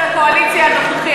הרכב של הקואליציה הנוכחית,